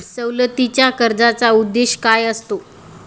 सवलतीच्या कर्जाचा उद्देश काय असतो?